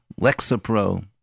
Lexapro